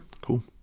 cool